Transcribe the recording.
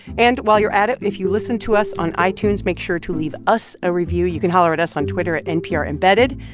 and while you're at it, if you listen to us on itunes, make sure to leave us a review. you can holler at us on twitter at nprembedded.